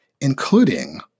including